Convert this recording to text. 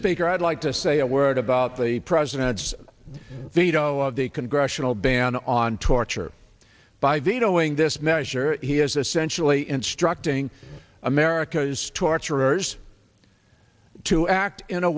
baker i'd like to say a word about the president's veto of the congressional ban on torture by vetoing this measure he is essentially instructing america's torturers to act in a